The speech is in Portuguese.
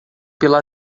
pela